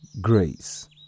Grace